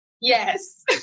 Yes